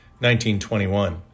19.21